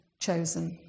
chosen